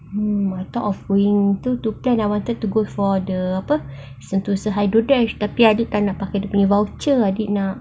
mm I thought of going two to ten I wanted to go for apa sentosa hydrodash tapi adik tak nak pakai dia punya voucher adik nak